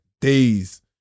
days